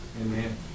Amen